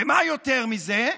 ומה יותר מזה?